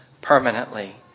permanently